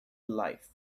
life